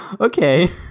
Okay